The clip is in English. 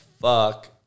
Fuck